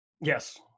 Yes